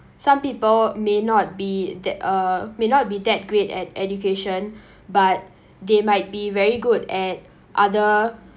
some people may not be that uh may not be that great at education but they might be very good at other